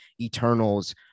Eternals